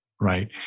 right